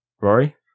Rory